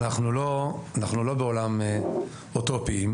אנחנו לא בעולם אוטופי.